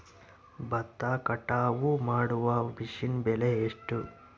ಭತ್ತ ಕಟಾವು ಮಾಡುವ ಮಿಷನ್ ಬೆಲೆ ಎಷ್ಟು?